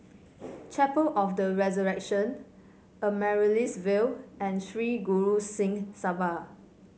Chapel of The Resurrection Amaryllis Ville and Sri Guru Singh Sabha